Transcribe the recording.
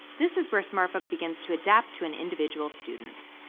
this is where smartbook begins to adapt to an individual student.